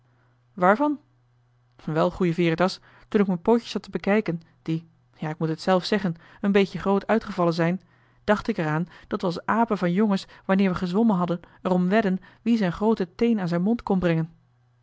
waarvan wel goeie veritas toen ik m'n pootjes zat te bekijken die ja ik moet het zelf zeggen een beetje groot uitgevallen zijn dacht ik er aan dat we als apen van jongens wanneer we gezwommen hadden er om wedd'en wie z'n grooten teen aan zijn mond kon brengen